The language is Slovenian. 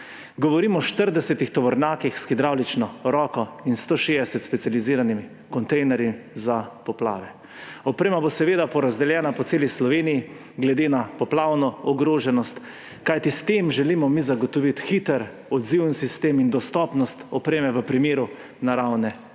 Govorim o 40 tovornjakih s hidravlično roko in 160 specializiranih kontejnerjih za poplave. Oprema bo seveda porazdeljena po celi Sloveniji glede na poplavno ogroženost, kajti s tem želimo zagotoviti hiter odziven sistem in dostopnost opreme v primeru naravne nesreče,